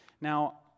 now